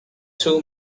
two